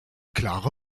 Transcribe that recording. klare